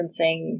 referencing